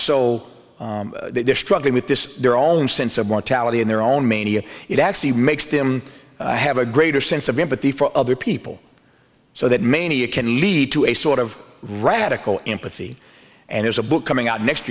so they're struggling with this their own sense of mortality in their own mania it actually makes him have a greater sense of empathy for other people so that mania can lead to a sort of radical empathy and there's a book coming out next